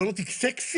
זה לא מספיק סקסי?